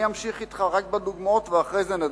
אני אמשיך אתך רק בדוגמאות ואחרי זה נדבר.